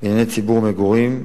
בנייני ציבור ומגורים,